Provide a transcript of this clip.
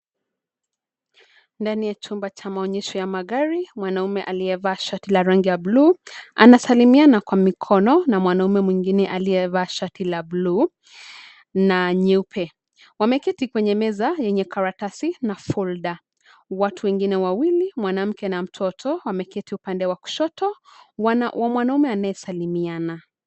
Ndani ya chumba cha maonyesho ya magari mwanaume aliyevaa shati la rangi ya bluu, anasalimiana kwa mikono na mwanaume mwingine aliyevaa shati la bluu, na nyeupe, wameketi kwenye meza yenye karatasi na folder , watu wengine wawili mwanamke na mtoto wameketi upande wa kushoto wa mwanaume anayesalimiana.